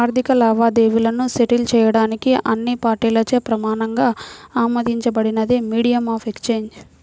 ఆర్థిక లావాదేవీలను సెటిల్ చేయడానికి అన్ని పార్టీలచే ప్రమాణంగా ఆమోదించబడినదే మీడియం ఆఫ్ ఎక్సేంజ్